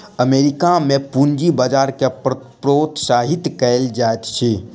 America में पूंजी बजार के प्रोत्साहित कयल जाइत अछि